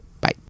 bye